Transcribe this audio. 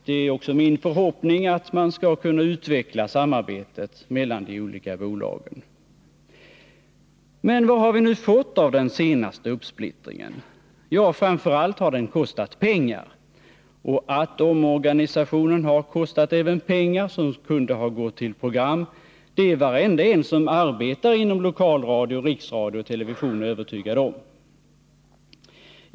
Det är också min förhoppning att man skall kunna utveckla samarbetet mellan de olika bolagen. Men vad har vi nu fått ut av den senaste uppsplittringen? Ja, framför allt har den kostat pengar — och att omorganisationen har kostat även pengar som kunde ha gått till program, det är varenda en som arbetar inom lokalradio, riksradio och television övertygad om.